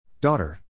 Daughter